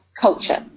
culture